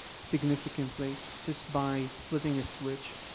significantly just by flipping a switch.